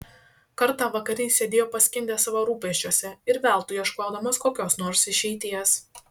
kartą vakare jis sėdėjo paskendęs savo rūpesčiuose ir veltui ieškodamas kokios nors išeities